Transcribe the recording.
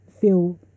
feel